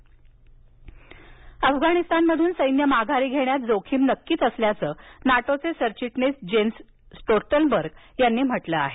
अफगाण अफगाणिस्तानमधून सैन्यं माघारी घेण्यात जोखीम नक्कीच असल्याचं नाटोचे सरचिटणीस जेन्स स्टोल्टनबर्ग यांनी म्हटलं आहे